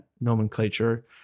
nomenclature